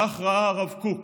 כך ראה הרב קוק